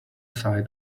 side